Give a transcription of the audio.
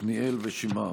עתניאל ושמעה.